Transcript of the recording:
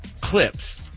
clips